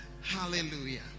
Hallelujah